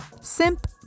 Simp